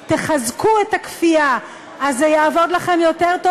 ותחזקו את הכפייה ואז זה יעבוד לכם יותר טוב,